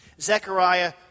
Zechariah